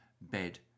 bed